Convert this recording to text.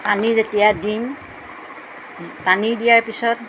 পানী যেতিয়া দিম পানী দিয়াৰ পিছত